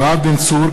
יואב בן צור,